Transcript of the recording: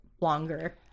longer